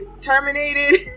terminated